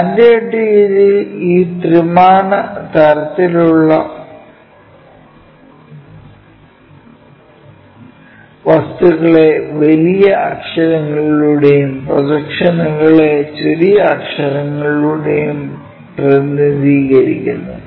standard രീതിയിൽ ഈ ത്രിമാന തരത്തിലുള്ള വസ്തുക്കളെ വലിയ അക്ഷരങ്ങളിലൂടെയും പ്രൊജക്ഷനുകളെ ചെറിയ അക്ഷരങ്ങളിലൂടെയും പ്രതിനിധീകരിക്കുന്നു